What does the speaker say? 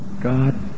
God